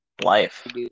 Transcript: Life